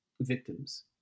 victims